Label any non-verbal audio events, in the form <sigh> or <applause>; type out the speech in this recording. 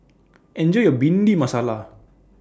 Enjoy your Bhindi <noise> Masala